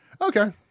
Okay